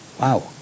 wow